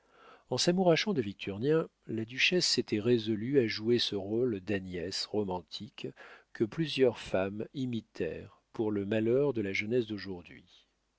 en s'amourachant de victurnien la duchesse s'était résolue à jouer ce rôle d'agnès romantique que plusieurs femmes imitèrent pour le malheur de la jeunesse d'aujourd'hui